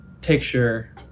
picture